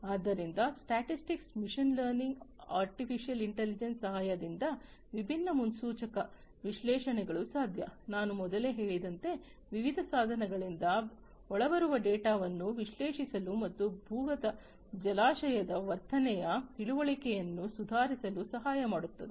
ಆದ್ದರಿಂದ statistics machine learning artificial intelligence ಸಹಾಯದಿಂದ ವಿಭಿನ್ನ ಮುನ್ಸೂಚಕ ವಿಶ್ಲೇಷಣೆಗಳು ಸಾಧ್ಯ ನಾನು ಮೊದಲೇ ಹೇಳಿದಂತೆ ವಿವಿಧ ಸಾಧನಗಳಿಂದ ಒಳಬರುವ ಡೇಟಾವನ್ನು ವಿಶ್ಲೇಷಿಸಲು ಮತ್ತು ಭೂಗತ ಜಲಾಶಯದ ವರ್ತನೆಯ ತಿಳುವಳಿಕೆಯನ್ನು ಸುಧಾರಿಸಲು ಸಹಾಯ ಮಾಡುತ್ತದೆ